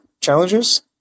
challenges